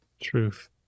Truth